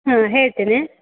ಹಾಂ ಹೇಳ್ತೇನೆ